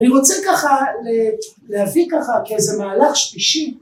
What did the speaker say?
אני רוצה ככה להביא ככה כאיזה מהלך שלישי